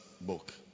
book